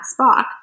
Spock